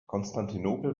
konstantinopel